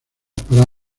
para